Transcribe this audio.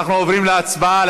אנחנו עוברים להצבעה.